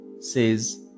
says